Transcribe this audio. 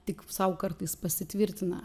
tik sau kartais pasitvirtina